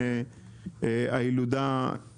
זה השארת העסק בחיים.